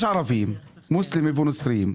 יש ערבים מוסלמים ונוצרים,